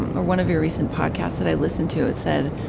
um or one of your recent podcasts that i listened to, said,